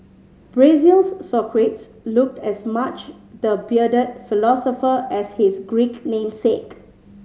Brazil's Socrates looked as much the bearded philosopher as his Greek namesake